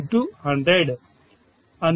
42103100